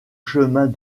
chemins